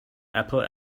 apple